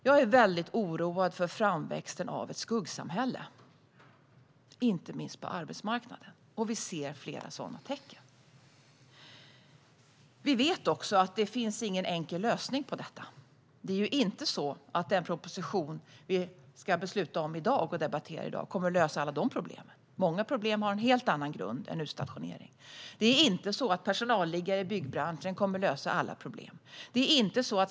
Jag är mycket orolig för framväxten av ett skuggsamhälle, inte minst på arbetsmarknaden. Vi ser flera sådana tecken. Vi vet också att det inte finns någon enkel lösning på detta. Den proposition som vi ska debattera och besluta om i dag kommer inte att lösa alla dessa problem. Många problem har en helt annan grund än utstationering. Personalliggare i byggbranschen kommer inte att lösa alla problem.